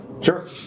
Sure